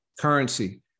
Currency